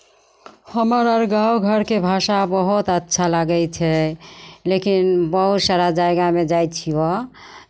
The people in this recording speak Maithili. हमर अर गाँव घरके भाषा बहुत अच्छा लागै छै लेकिन बहुत सारा जगहमे जाइ छियह